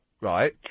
Right